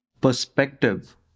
perspective